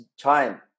time